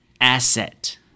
asset